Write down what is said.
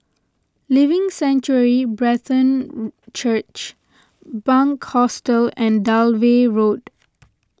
Living Sanctuary Brethren Church Bunc Hostel and Dalvey Road